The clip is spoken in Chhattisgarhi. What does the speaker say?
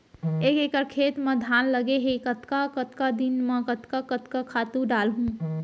एक एकड़ खेत म धान लगे हे कतका कतका दिन म कतका कतका खातू डालहुँ?